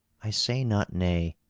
i say not nay.